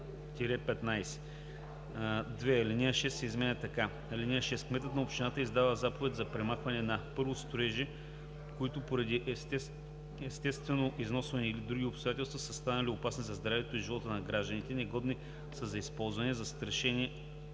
1 – 15“. 2. Алинея 6 се изменя така: „(6) Кметът на общината издава заповед за премахване на: 1. строежи, които поради естествено износване или други обстоятелства са станали опасни за здравето и живота на гражданите, негодни са за използване, застрашени